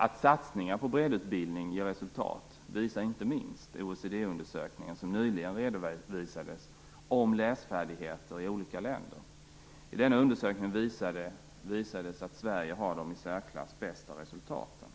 Att satsning på bredutbildning ger resultat visar inte minst den OECD-undersökning som nyligen redovisades om läsfärdigheter i olika länder. I denna undersökning visades att Sverige har de i särklass bästa resultaten.